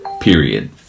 period